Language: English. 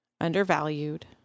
undervalued